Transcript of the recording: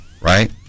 right